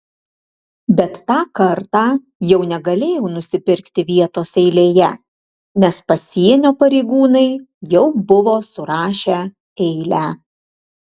bet tą kartą jau negalėjau nusipirkti vietos eilėje nes pasienio pareigūnai jau buvo surašę eilę